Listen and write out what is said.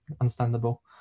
Understandable